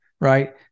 right